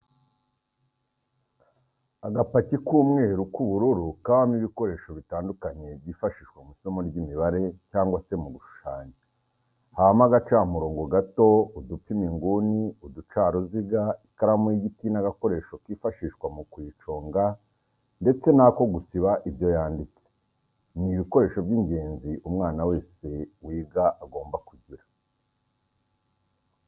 Agapaki k'umweru n'ubururu kabamo ibikoresho bitandukanye byifashishwa mw'isomo ry'imibare cyangwa se mu gushushanya habamo agacamurongo gato, udupima inguni, uducaruziga ,ikaramu y'igiti n'agakoresho kifashishwa mu kuyiconga ndetse n'ako gusiba ibyo yanditse, ni ibikoresho by'ingenzi umwana wese wiga aba agomba kugira.